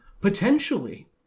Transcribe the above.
potentially